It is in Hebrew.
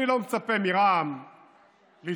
אני לא מצפה מרע"מ לתמוך,